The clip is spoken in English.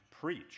preach